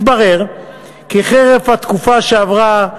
מתברר כי חרף התקופה שעברה,